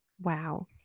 Wow